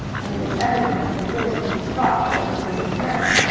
and it was evident that this was the spot of which he was in search.